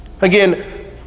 Again